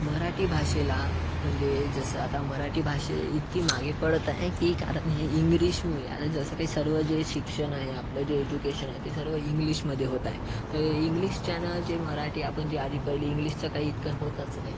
मराठी भाषेला म्हणजे जसं आता मराठी भाषा इतकी मागे पडत आहे की कारण हे इंग्लिशमुळे आता जसं काही सर्व जे शिक्षण आहे आपलं जे एज्युकेशन आहे ते सर्व इंग्लिशमध्ये होत आहे तर इंग्लिशच्यानं जे मराठी आपण जे आधी पहिले इंग्लिशचं काही इतकं होतच नाही